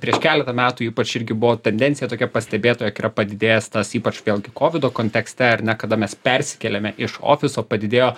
prieš keletą metų ypač irgi buvo tendencija tokia pastebėta jog yra padidėjęs tas ypač vėlgi kovido kontekste ar ne kada mes persikėlėme iš ofiso padidėjo